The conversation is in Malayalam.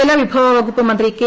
ജലവിഭവ വകുപ്പുമന്ത്രി കെ